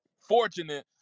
fortunate